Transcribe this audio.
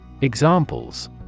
Examples